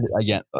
again